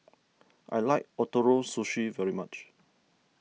I like Ootoro Sushi very much